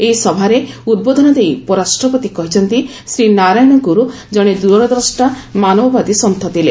ଏହି ସଭାରେ ଉଦ୍ବୋଧନ ଦେଇ ଉପରାଷ୍ଟ୍ରପତି କହିଛନ୍ତି ଶ୍ରୀନାରାୟଣ ଗୁରୁ ଜଣେ ଦୂରଦ୍ରଷ୍ଟା ମାନବବାଦୀ ସନ୍ଥ ଥିଲେ